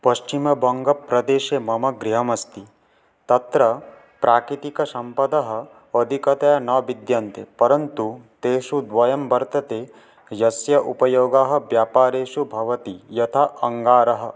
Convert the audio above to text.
पश्चिमबङ्गप्रदेशे मम गृहमस्ति तत्र प्राकृतिकसम्पदः अधिकतया न विद्यन्ते परन्तु तेषु द्वयं वर्तते यस्य उपयोगः व्यापारेषु भवति यथा अङ्गारः